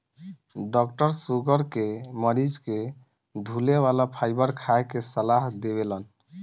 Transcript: doctor sugar के मरीज के धुले वाला फाइबर खाए के सलाह देवेलन